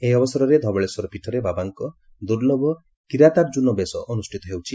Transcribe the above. ଏହି ଅବସରରେ ଧବଳେଶ୍ୱର ପୀଠରେ ବାବାଙ୍କ ଦୁଲ୍ବୁଭ କୀରାତାର୍ଜୁନ ବେଶ ଅନୁଷିତ ହେଉଛି